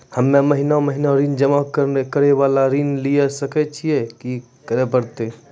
हम्मे महीना महीना ऋण जमा करे वाला ऋण लिये सकय छियै, की करे परतै?